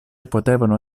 potevano